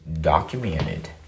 documented